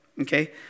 okay